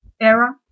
Era